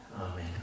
Amen